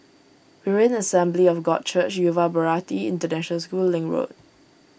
Berean Assembly of God Church Yuva Bharati International School Link Road